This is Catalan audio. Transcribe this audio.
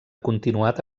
continuat